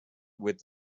with